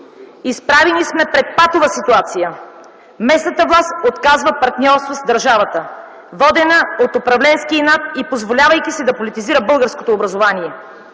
Изправени сме пред патова ситуация! Местната власт отказва партньорство с държавата, водена от управленски инат и позволявайки си да политизира българското образование.